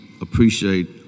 appreciate